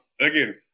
again